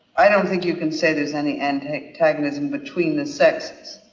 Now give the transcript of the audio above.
i don't think you can say there's any and antagonism between the sexes.